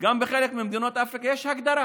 גם בחלק ממדינות אפריקה יש הגדרה